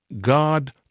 God